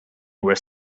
was